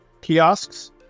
kiosks